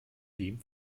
dem